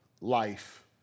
life